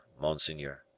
monseigneur